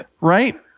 Right